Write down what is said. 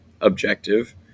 objective